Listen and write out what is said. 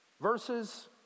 Verses